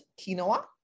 quinoa